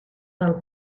del